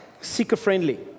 Seeker-friendly